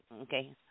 okay